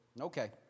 Okay